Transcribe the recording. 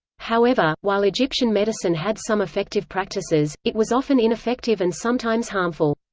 however, while egyptian medicine had some effective practices, it was often ineffective and sometimes harmful.